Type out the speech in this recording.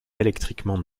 électriquement